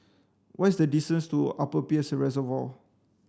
what is the distance to Upper Peirce Reservoir